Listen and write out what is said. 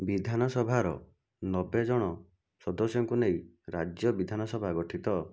ବିଧାନସଭାର ନବେ ଜଣ ସଦସ୍ୟଙ୍କୁ ନେଇ ରାଜ୍ୟ ବିଧାନସଭା ଗଠିତ